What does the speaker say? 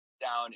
down